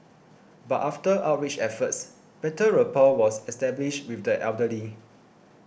but after outreach efforts better rapport was established with the elderly